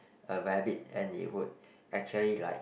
a rabbit and it would actually like